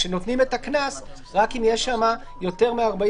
כשנותנים את הקנס רק אם יש שם יותר מ-40